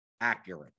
accurate